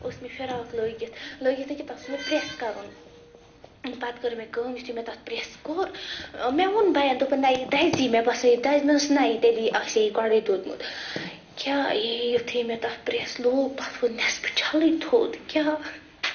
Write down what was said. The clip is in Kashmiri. اوس مےٚ فِراق لٲگِتھ لٲگِتھ نہٕ کیٚنٛہہ تَتھ اوس مےٚ پریٚس کَرُن پَتہٕ کٔر مےٚ کٲم یُتھُے مےٚ تَتھ پرٛیٚس کوٚر ٲں مےٚ ووٚن بھیَن دوٚپُن نَہ یہِ دَزی مےٚ باسان یہِ دزِ مےٚ دوٚپس نَہ یہِ تیٚلہِ آسہِ ہا یہِ گۄڈٕے دوٚدمُت کیٛاہ یہِ یُتھُے مےٚ تَتھ پرٛیٚس لوگ تَتھ ووٚتھ نیٚصفہٕ چھَلٕے تھوٚد کیٛاہ